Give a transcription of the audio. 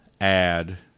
add